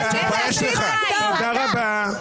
תודה רבה, תודה רבה.